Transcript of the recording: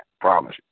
Promise